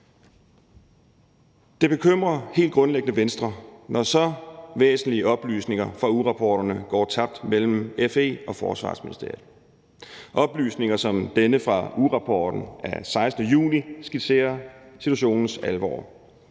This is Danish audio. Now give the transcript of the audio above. Det bekymrer helt grundlæggende Venstre, når så væsentlige oplysninger fra ugerapporterne går tabt mellem FE og Forsvarsministeriet. Oplysninger som denne fra ugerapporten af 16. juni skitserer situationens alvor